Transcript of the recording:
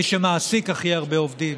מי שמעסיק הכי הרבה עובדים